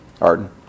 Arden